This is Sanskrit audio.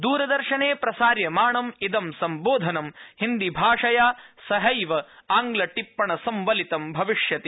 दरदर्शने प्रसार्यमाणं इदं सम्बोधनं हिन्दीभाषया सहैव आङ्गल टिप्पण संवलितं भविष्यति